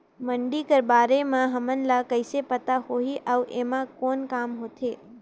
मंडी कर बारे म हमन ला कइसे पता होही अउ एमा कौन काम होथे?